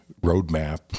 roadmap